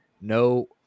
No